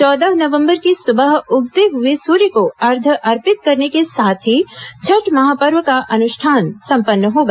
चौदह नवंबर की सुबह उगते हुए सूर्य को अर्ध्य अर्पित करने के साथ ही छठ महापर्व का अनुष्ठान संपन्न होगा